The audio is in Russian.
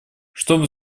чтобы